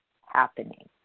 happening